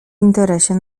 interesie